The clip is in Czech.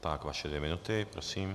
Tak vaše dvě minuty, prosím.